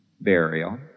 burial